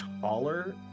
taller